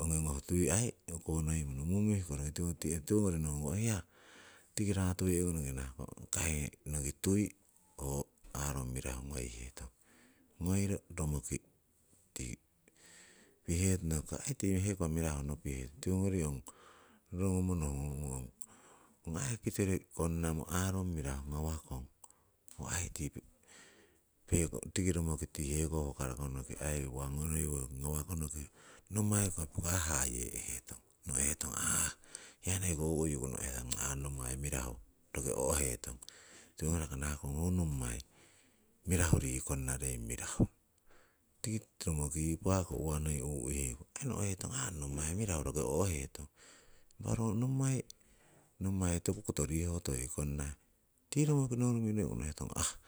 ongingoh tui o'konoimono, mumih kiko roki tiwo tinghetong, towongori nokugun hiya tiki ratuwe'konoki nahkong ongkai roki tui aarung mirahu ngoihetong, ngoiro romoki tii pihetonoki yii tii heko mirahuno pihetong. Tiwongori ong rorongumo nohungong, ong aii kitori konnamo aarung mirahu ngawakong, ho aii tii romoki tii heko hukarakonoki nommai kikoh hayeihetong. Noheto ah. hiya noiko huhyuku no'hetong ah nommai mirahu roki ohetong, tiwongoriko nahakong ho nammai mirahu rih konnarei mirahu. romoki pako uwa yii uheiku aii nonheton ah ong nommai mirahu. Roki o'heton. impah ro nommai toku koto rihotoi konnah tiki romoki nouruki no'hetong ah.